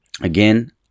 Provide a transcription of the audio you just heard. again